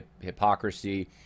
hypocrisy